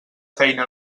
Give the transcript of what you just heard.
feina